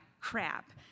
crap